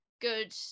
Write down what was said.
good